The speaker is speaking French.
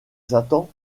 satan